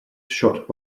shot